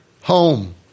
home